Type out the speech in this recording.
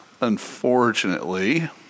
unfortunately